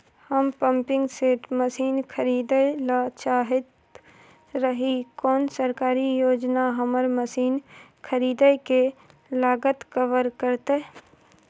हम pumping set machine खरीदैय ल चाहैत रही कोन सरकारी योजना हमर मसीन खरीदय के लागत कवर करतय?